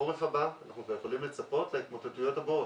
בחורף הבא אנחנו כבר יכולים לצפות להתמוטטויות הבאות.